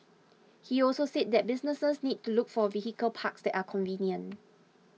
he also said that businesses need to look for vehicle parks that are convenient